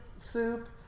soup